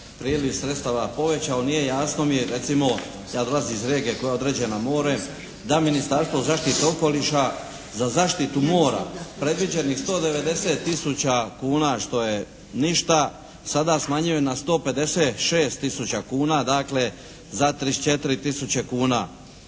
priliv sredstava povećao nije jasno mi recimo ja dolazim iz regije koja je određena morem da Ministarstvo zaštite okoliša za zaštitu mora predviđenih 190 000 kuna što je ništa sada smanjuje na 156 000 kuna. Dakle, za 34 000 kuna.